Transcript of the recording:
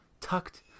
tucked